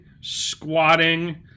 squatting